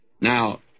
Now